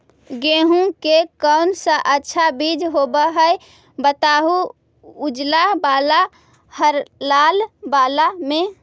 गेहूं के कौन सा अच्छा बीज होव है बताहू, उजला बाल हरलाल बाल में?